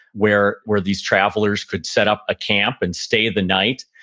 where where these travelers could set up a camp and stay the night.